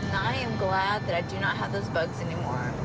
i am glad that i do not have those bugs anymore.